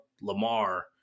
Lamar